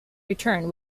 return